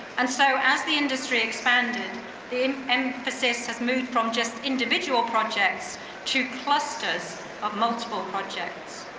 and so as the industry expanded the emphasis has moved from just individual projects to clusters of multiple projects.